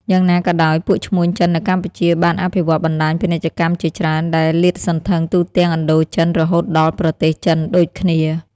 យ៉ាងណាក៏ដោយ ពួកឈ្មួញចិននៅកម្ពុជាបានអភិវឌ្ឍបណ្តាញពាណិជ្ជកម្មជាច្រើន ដែលលាតសន្ធឹងទូទាំងឥណ្ឌូចិនរហូតដល់ប្រទេសចិនដូចគ្នា ។